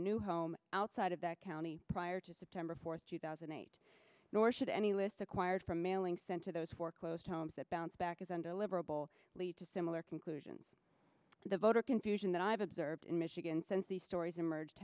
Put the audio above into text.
new home outside of that county prior to september fourth two thousand and eight nor should any list acquired from mailing sent to those foreclosed homes that bounce back as undeliverable lead to similar conclusions to the voter confusion that i've observed in michigan since these stories emerged